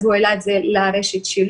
אז הוא העלה את זה לרשת שלו.